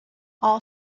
all